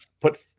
put